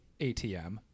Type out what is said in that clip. ATM